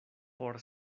por